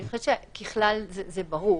כי אני חושבת שככלל זה ברור.